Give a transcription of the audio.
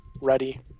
ready